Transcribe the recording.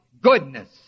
goodness